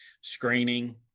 screening